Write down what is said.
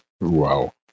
Wow